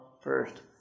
first